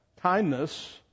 kindness